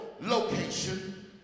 location